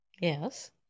Yes